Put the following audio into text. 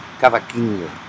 cavaquinho